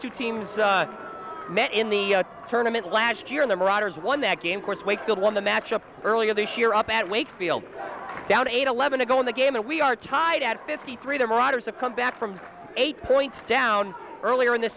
two teams met in the tournament last year in the marauders won that game course wakefield won the match up earlier this year up at wakefield down eight eleven to go in the game and we are tied at fifty three the writers have come back from eight points down earlier in the